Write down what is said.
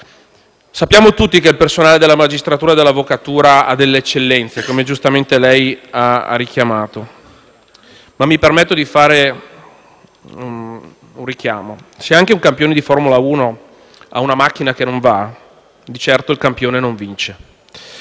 Sappiamo tutti che il personale della magistratura e dell'avvocatura ha delle eccellenze, come giustamente ha richiamato, ma mi permetto di fare un richiamo: se un campione di Formula 1 ha una macchina che non va, di certo non vince.